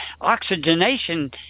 oxygenation